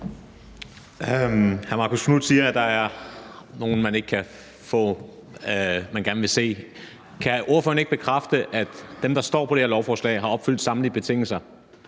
Hr. Marcus Knuth siger, at der er nogle, man gerne vil se. Kan ordføreren ikke bekræfte, at dem, der står på det her lovforslag, har opfyldt samtlige betingelser?